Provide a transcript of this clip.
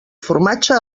formatge